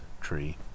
tree